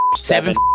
Seven